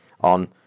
on